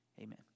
Amen